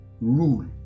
rule